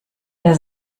der